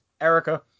erica